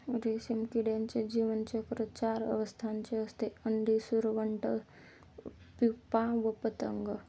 रेशीम किड्याचे जीवनचक्र चार अवस्थांचे असते, अंडी, सुरवंट, प्युपा व पतंग